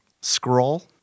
scroll